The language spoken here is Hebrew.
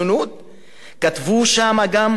כתבו שם גם: אסור,